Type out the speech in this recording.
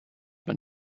man